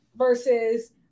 Versus